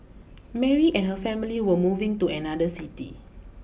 Mary and her family were moving to another city